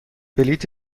بلیط